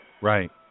Right